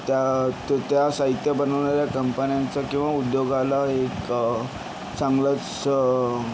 त्या त्या साहित्य बनवणाऱ्या कंपन्यांचा किंवा उद्योगाला एक चांगलाच